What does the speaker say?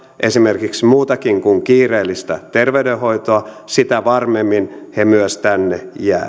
esimerkiksi muutakin kuin kiireellistä terveydenhoitoa sitä varmemmin he myös tänne jäävät